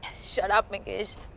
shut up mikesh.